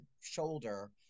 shoulder